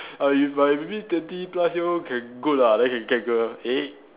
err you but maybe twenty plus year old can good lah then can get girl eh